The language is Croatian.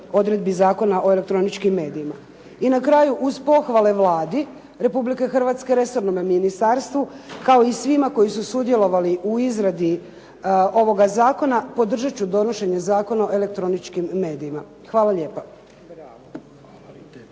odredbi Zakona o elektroničkim medijima. I na kraju, uz pohvale Vladi Republike Hrvatske, resornome ministarstvu, kao i svima koji su sudjelovali u izradi ovoga zakona, podržat ću donošenje Zakona o elektroničkim medijima. Hvala lijepa.